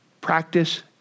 Practice